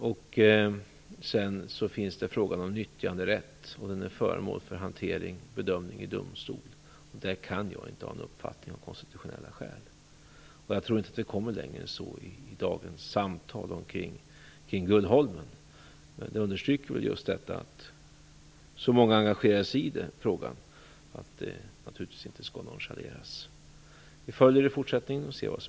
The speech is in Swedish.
När det gäller frågan om nyttjanderätt är den föremål för bedömning i domstol. Av konstitutionella skäl kan jag inte ha någon uppfattning i frågan. Jag tror inte att vi kommer längre än så i dagens samtal kring Gullholmen. Att så många engagerar sig i frågan understryker att den naturligtvis inte skall nonchaleras.